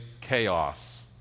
chaos